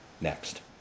next